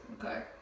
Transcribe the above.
Okay